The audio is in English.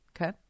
Okay